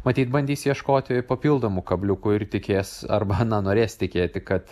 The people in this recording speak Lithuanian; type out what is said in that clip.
matyt bandys ieškoti papildomų kabliukų ir tikės arba na norės tikėti kad